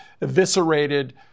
eviscerated